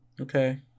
Okay